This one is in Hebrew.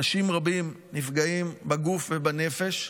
אנשים רבים נפגעים בגוף ובנפש,